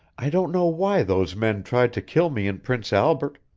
i don't know why those men tried to kill me in prince albert.